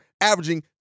averaging